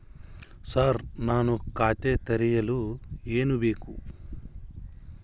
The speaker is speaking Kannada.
ಸರ್ ನಾನು ಖಾತೆ ತೆರೆಯಲು ಏನು ಬೇಕು?